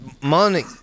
money